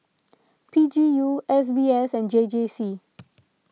P G U S B S and J J C